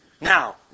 Now